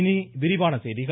இனி விரிவான செய்திகள்